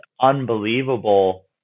unbelievable